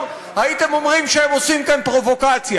הייתם אומרים שהם עושים כאן פרובוקציה.